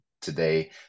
today